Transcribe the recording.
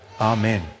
Amen